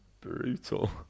Brutal